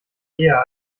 eher